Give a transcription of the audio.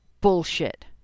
bullshit